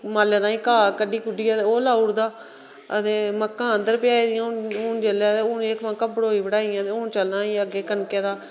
मालै ताईं घाह कड्ढी कुड्ढियै ते अंदर लाऊ उड़दा आ ते मक्कां अंदर भेयाई दियां हुन हुन जेल्लै हुन जेल्लै हुन एह् मक्कां बड़ोई बड़ाई दियां ते हुन चलना अग्गै कनके दा